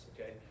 okay